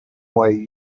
way